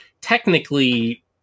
technically